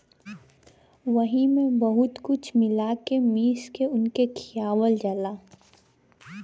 वही मे बहुत कुछ मिला के मीस के उनके खियावल जाला